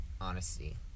Honesty